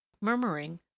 Murmuring